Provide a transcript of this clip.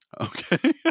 Okay